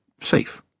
safe